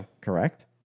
Correct